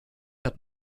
hat